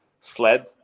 sled